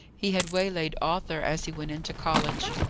he had waylaid arthur as he went into college.